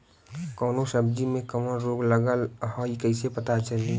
कौनो सब्ज़ी में कवन रोग लागल ह कईसे पता चली?